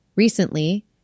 Recently